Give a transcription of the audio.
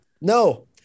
No